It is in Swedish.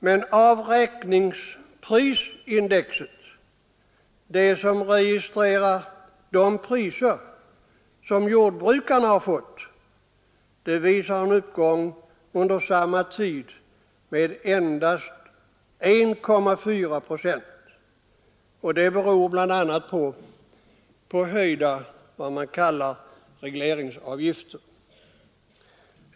Men avräkningsprisindex, som registrerar de priser som 7 november 1973 jordbrukarna har fått, visar under samma tid en uppgång med endast 1,4 ee procent, och det beror bl.a. på höjda s.k. regleringsavgifter.